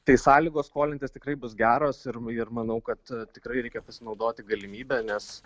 tai sąlygos skolintis tikrai bus geros ir ir manau kad tikrai reikia pasinaudoti galimybe nes